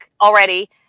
already